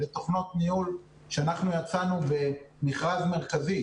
זו תכונת ניהול שאנחנו יצאנו במכרז מרכזי,